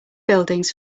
buildings